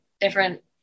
different